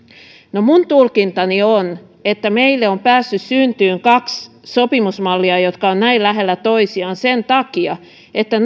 minun tulkintani on että meille on päässyt syntymään kaksi sopimusmallia jotka ovat näin lähellä toisiaan sen takia että